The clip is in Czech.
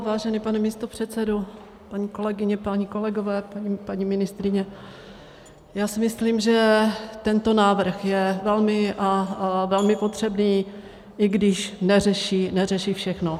Vážený pane místopředsedo, paní kolegyně, páni kolegové, paní ministryně, já si myslím, že tento návrh je velmi potřebný, i když neřeší všechno.